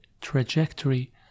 trajectory